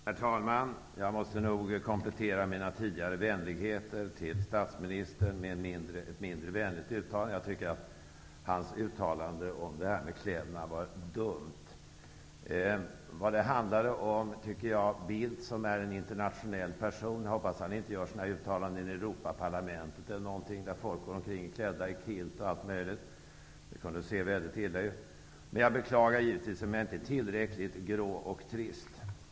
Herr talman! Jag måste nog komplettera mina tidigare vänligheter till statsministern med en mindre vänlig kommentar. Jag tycker att hans uttalande om kläderna var dumt. Bildt är en internationell person, och jag hoppas att han inte gör sådana här uttalanden i Europaparlamentet eller på andra ställen, där folk går omkring klädda i kilt och allt möjligt. Det kunde se mycket illa ut. Jag beklagar givetvis om jag inte är tillräckligt grå och trist.